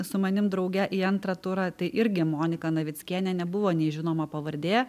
su manim drauge į antrą turą tai irgi monika navickienė nebuvo nei žinoma pavardė